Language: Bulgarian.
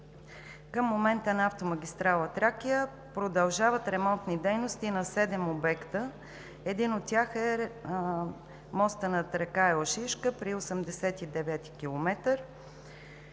Към момента на автомагистрала „Тракия“ продължават ремонтни дейности на седем обекта. Един от тях е мостът над река Елшишка при 89-и